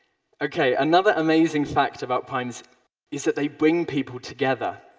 okay, another amazing fact about primes is that they bring people together.